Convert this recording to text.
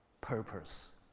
purpose